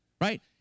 right